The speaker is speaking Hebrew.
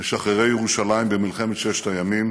משחררי ירושלים במלחמת ששת הימים,